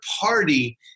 party